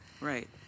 Right